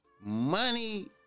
money